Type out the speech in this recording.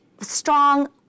strong